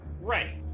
Right